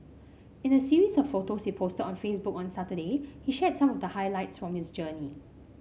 in a series of photos he posted on Facebook on Saturday he shared some of the highlights from his journey